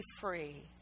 free